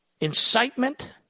incitement